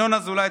ינון אזולאי,